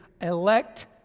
elect